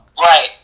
Right